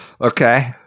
okay